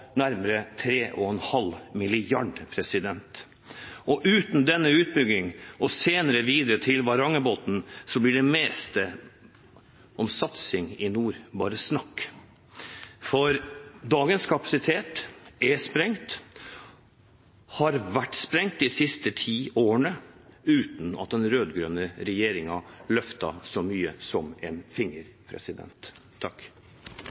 nærmere 3,5 mrd. kr. Uten denne utbyggingen – og senere videre til Varangerbotn – blir det meste om satsing i nord bare snakk. For dagens kapasitet er sprengt, har vært sprengt de siste ti årene, uten at den rød-grønne regjeringen løftet så mye som en finger.